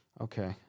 Okay